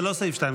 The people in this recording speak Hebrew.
זה לא סעיף 2,